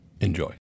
enjoy